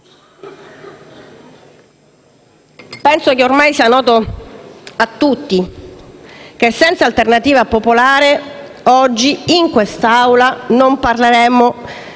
Penso che ormai sia noto a tutti che senza Alternativa Popolare oggi, in quest'Assemblea, non parleremmo